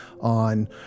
on